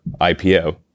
IPO